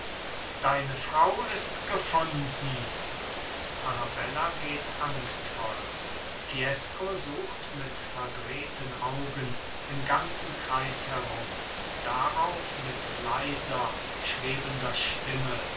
deine frau ist gefunden arabella geht angstvoll fiesco sucht mit verdrehten augen im ganzen kreis herum darauf mit leiser schwebender stimme